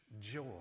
Joy